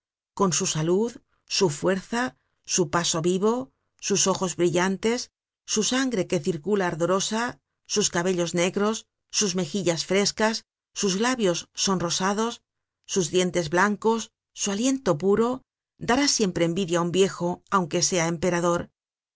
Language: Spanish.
con su salud su fuerza su paso vivo sus ojos brillantes su sangre que circula ardorosa sus cabellos negros sus mejillas frescas sus labios sonrosados sus dientes blancos su aliento puro dará siempre envidia á un viejo aunque sea emperador